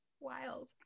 Wild